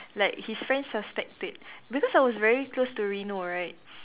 like his friends suspect it because I was very close to Reno right